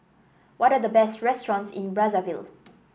what are the best restaurants in Brazzaville